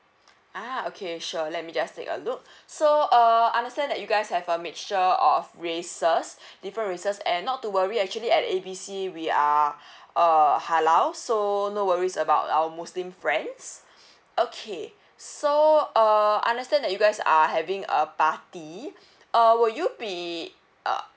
ah okay sure let me just take a look so err understand that you guys have a mixture of races different races and not to worry actually at A B C we are err halal so no worries about our muslim friends okay so err understand that you guys are having a party uh will you be uh